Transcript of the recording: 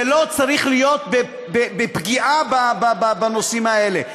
זה לא צריך להיות בפגיעה בנושאים האלה.